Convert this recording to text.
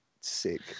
sick